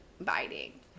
biting